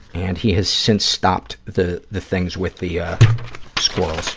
and he has since stopped the the things with the squirrels.